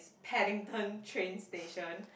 Paddington train station